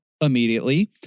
immediately